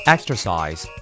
Exercise